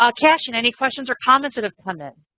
ah cashin, any questions or comments that have come in?